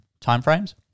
timeframes